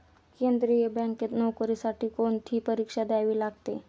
केंद्रीय बँकेत नोकरीसाठी कोणती परीक्षा द्यावी लागते?